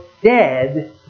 dead